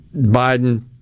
Biden